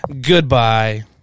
Goodbye